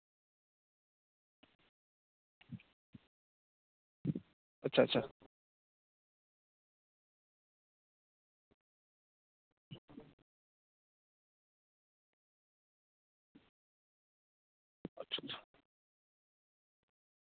ᱟᱪᱪᱷᱟ ᱟᱪᱪᱷᱟ ᱟᱪᱪᱷᱟ ᱟᱪᱪᱷᱟ